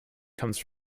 comes